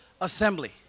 assembly